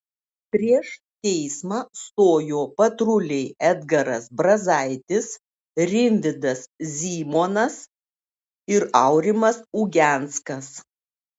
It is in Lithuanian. prieš teismą stojo patruliai edgaras brazaitis rimvydas zymonas ir aurimas ugenskas